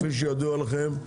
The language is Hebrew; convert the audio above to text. כפי שידוע לכם,